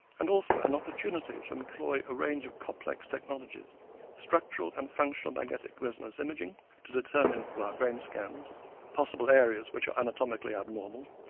and also an opportunity to employ a range of complex technologies structural and functional magnetic resonance imaging to determine via brain scans possible areas which are anatomically abnormal